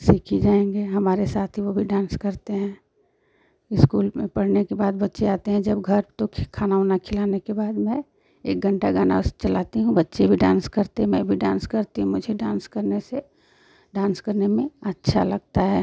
सीख ही जाएंगे हमारे साथ ही वो भी डांस करते हैं इस्कूल में पढ़ने के बाद बच्चे आते हैं जब घर तो खाना ओना खिलाने के बाद मैं एक घंटा गाना ओस चलाती हूँ बच्चे भी डांस करते मैं भी डांस करती हूँ मुझे डांस करने से डांस करने में अच्छा लगता है